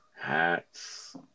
hats